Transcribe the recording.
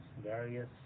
various